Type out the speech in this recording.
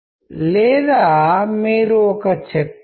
మీ voice మీ ప్రసంగం మీ టెక్స్ట్